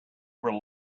rely